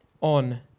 on